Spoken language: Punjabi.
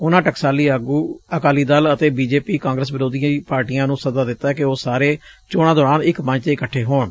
ਉਨੂਾਂ ਟਕਸਾਲੀ ਅਕਾਲੀ ਦਲ ਅਤੇ ਬੀ ਜੇ ਪੀ ਕਾਂਗਰਸ ਵਿਰੋਧੀ ਪਾਰਟੀਆਂ ਨੂੰ ਸੱਦਾ ਦਿੱਤਾ ਕਿ ਉਹ ਸਾਰੇ ਚੋਣਾਂ ਦੌਰਾਨ ਇਕ ਮੰਚ ਤੇ ਇਕੱਠੇ ਹੋਣ